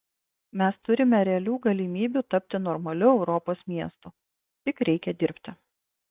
mes turime realių galimybių tapti normaliu europos miestu tik reikia dirbti